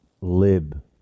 lib